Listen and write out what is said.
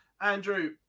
Andrew